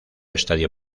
estadio